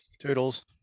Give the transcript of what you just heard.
Toodles